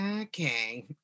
okay